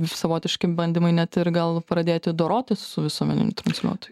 savotiški bandymai net ir gal pradėti dorotis su visuomeniniu transliuotoju